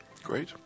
Great